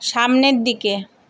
সামনের দিকে